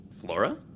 Flora